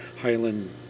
Highland